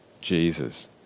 Jesus